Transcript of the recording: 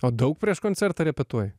o daug prieš koncertą repetuoji